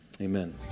Amen